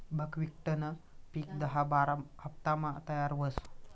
बकव्हिटनं पिक दहा बारा हाफतामा तयार व्हस